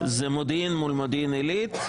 זה מודיעין מול מודיעין עילית,